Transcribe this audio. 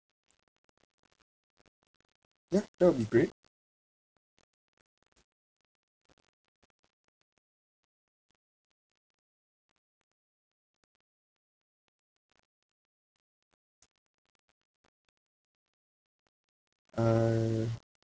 ya that will be great uh